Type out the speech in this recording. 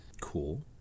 Cool